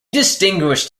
distinguished